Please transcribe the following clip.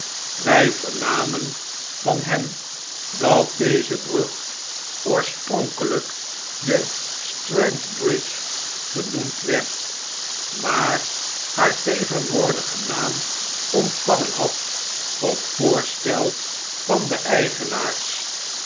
wij vernamen van hem dat deze brug oorspronkelyk de strand bridge genoemd werd maar haar tegenwoordigennaam ontvangen had op voorstel van de eigenaars